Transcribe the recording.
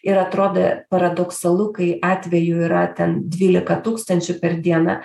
ir atrodė paradoksalu kai atvejų yra ten dvylika tūkstančių per dieną